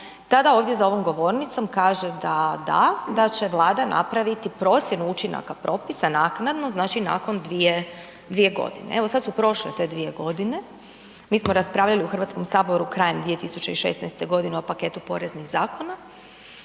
tada ovdje za ovom govornicom kaže da da, da će Vlada napraviti procjenu učinaka propisa naknadno, znači nakon 2 godine. Evo sad su prošle te 2 g., mi smo raspravljali u Hrvatskom saboru krajem 2016. g. o paketu poreznih zakona,